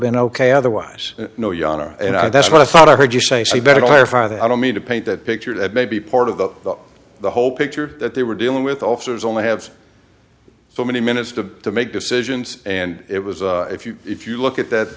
been ok otherwise no your honor and i that's what i thought i heard you say he better clarify that i don't mean to paint that picture that may be part of the whole picture that they were dealing with officers only have so many minutes to make decisions and it was if you if you look at that